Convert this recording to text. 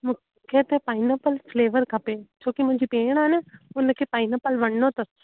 मूंखे त pineapple flavour खपे छोकी मुंहिंजी भेंण आहे न उनखे पाईनेपल वणंदो अथसि